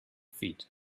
feet